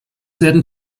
werden